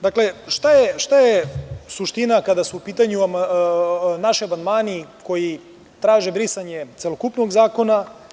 Dakle, šta je suština kada su u pitanju naši amandmani koji traže brisanje celokupnog zakona.